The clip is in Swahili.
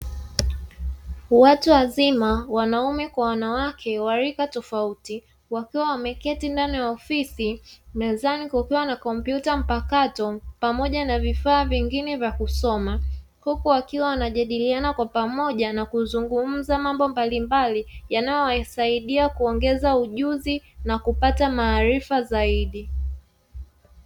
Watu wazima wanaume kwa wanawake wa rika tofauti wakiwa wameketi ndani ya ofisi mezani kukiwa na kompyuta mpakato pamoja na vifaa vingine vya kusoma, kuku wakiwa wanajadiliana kwa pamoja na kuzungumza mambo mbalimbali yanayowasaidia kuongeza ujuzi na kupata maarifa zaidi.